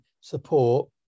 support